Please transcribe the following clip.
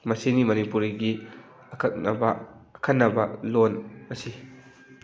ꯃꯁꯤꯅꯤ ꯃꯅꯤꯄꯨꯔꯤꯒꯤ ꯑꯀꯛꯅꯕ ꯑꯈꯟꯅꯕ ꯂꯣꯟ ꯑꯁꯤ